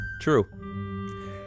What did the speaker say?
True